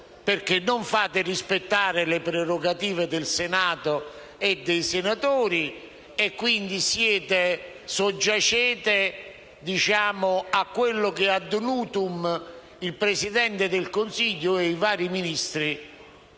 perché non fate rispettare le prerogative del Senato e dei senatori, e quindi soggiacete a quello cui *ad nutum* il Presidente del Consiglio ed i vari Ministri